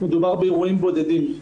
מדובר באירועים בודדים.